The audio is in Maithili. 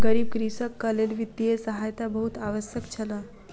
गरीब कृषकक लेल वित्तीय सहायता बहुत आवश्यक छल